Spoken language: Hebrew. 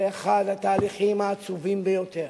זה אחד התהליכים העצובים ביותר.